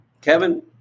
Kevin